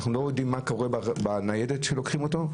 אנחנו לא יודעים מה קורה בניידת כשלוקחים אותו,